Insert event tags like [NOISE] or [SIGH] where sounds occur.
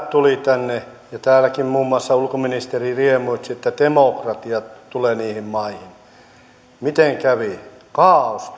[UNINTELLIGIBLE] tuli arabikevät ja täälläkin muun muassa ulkoministeri riemuitsi että demokratia tulee niihin maihin miten kävi kaaos [UNINTELLIGIBLE]